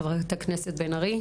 חברת הכנסת בן ארי.